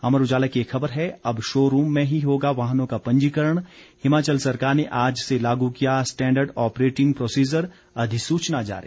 अमर उजाला की एक खबर है अब शोरूम में ही होगा वाहनों का पंजीकरण हिमाचल सरकार ने आज से लागू किया स्टैंडर्ड ऑपरेटिंग प्रोसीजर अधिसूचना जारी